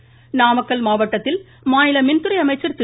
தங்கமணி நாமக்கல் மாவட்டத்தில் மாநில மின்துறை அமைச்சர் திரு